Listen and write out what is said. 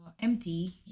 empty